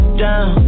down